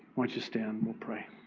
why don't you stand. we'll pray.